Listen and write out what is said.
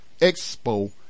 Expo